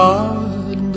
God